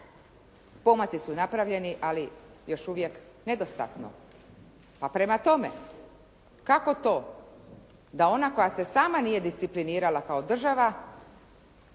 Pomaci su napravljeni, ali još uvijek nedostatno. Pa prema tome kako to da ona koja se sama nije disciplinirala kao država,